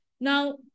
Now